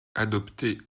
adoptée